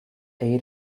area